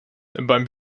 beim